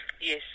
yes